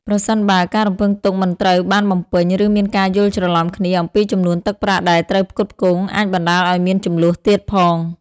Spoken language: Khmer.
ប្រសិនបើ ការរំពឹងទុកមិនត្រូវបានបំពេញ ឬមានការយល់ច្រឡំគ្នាអំពីចំនួនទឹកប្រាក់ដែលត្រូវផ្គត់ផ្គង់ អាចបណ្ដាលឱ្យមានជម្លោះទៀតផង។